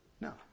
No